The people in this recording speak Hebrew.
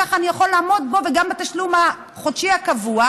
ככה אני יכול לעמוד בו וגם בתשלום החודשי הקבוע,